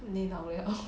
你老了